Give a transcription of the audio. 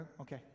Okay